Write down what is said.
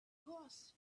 costs